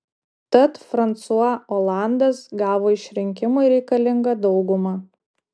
tad fransua olandas gavo išrinkimui reikalingą daugumą